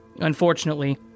Unfortunately